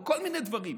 על כל מיני דברים.